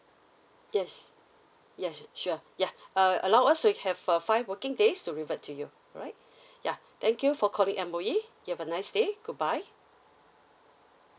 yes yes sure ya uh allow us we have uh five working days to revert to you alright ya thank you for calling M_O_E you have a nice day goodbye